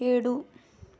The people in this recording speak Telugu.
ఏడు